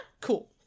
cool